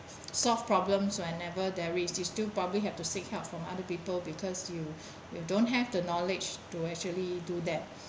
solve problems whenever there is you still probably have to seek help from other people because you you don't have the knowledge to actually do that